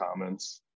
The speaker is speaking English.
comments